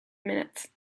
minutes